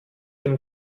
dem